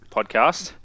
Podcast